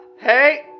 hey